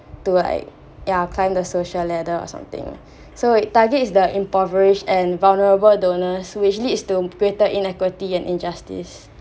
to like ya climb the social ladder or something so it targets the impoverished and vulnerable donors which leads to greater inequality and injustice